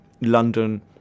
London